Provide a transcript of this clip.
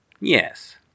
Yes